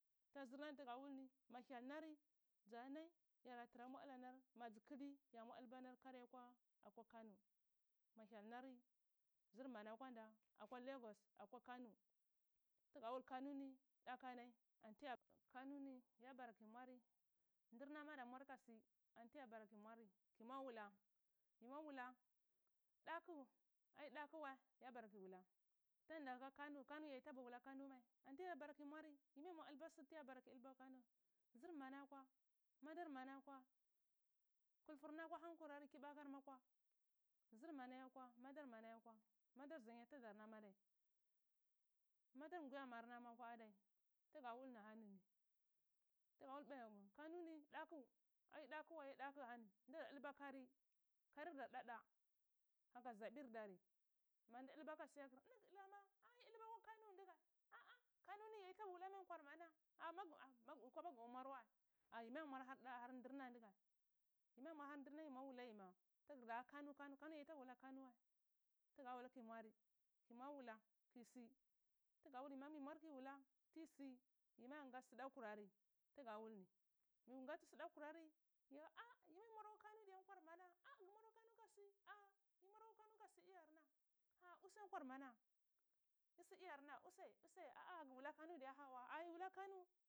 Ta zr nani tga wul ni ma hyal nari za nai yara tra mwa dla nari ma dzwi yam war dlba nar kari akwa kano ma hyal nari zr mana kwanda akwa lagos akwa kano tgawul kano ni daka nai antiyah kano niya baro kiyi mwari dzrna ma da mwar kasi anti ya bara kiyi mwari kiyi mwa wula kiyi mwa wula daku adi dakuwal ya bara kiyi wula tanda ha kano. Kano yayi taba wula kano m ai antiga bara kiyi mwari yi ma yi mwa dlba su akwa kano zr mana akwa madar mana akwa kulfuma akwa han kurari kibakar ma kwa zr mana ya akwa madar manaye akwa mada zanya tidar nam adai madar nguiya mar na ma akwa adai tga wulni ahani ni tgawul bayau kano ni daku adi daku wai daku ahani ndka dlba kari, karir dar da da aka zabir dara mati dlba ka siyakr ini gdl ama aa yi dlba akwa kano ndgae a'a kane ni yayi laba wula mai nkwar mana mag mag kwapa gam war wae ayi ma yam war harda har ndrna ndga yi ma yam war har da har ndrna ndgan yi ma yam war har ndrna yi ma wula yi ma za kano kano kano yita haba wula kano wae tga wul kiyi mwari kiyi nwa wula kiyi sit tga wul ni yima yi mwar kiyi wula tiyisi yima yin ga da kurari tga wul ni miyinga tis da kurari tga wul ni miyinga tis da kurari ya a yimayi mwar kwa kano diya nkwar mana a gmwar akwa kano kesi ar yi mwar akwa kano kasi iyarna aa usa nkwar mana usr iyar na usae usar a'a gwula kano diya hauwa aa yi wula kano.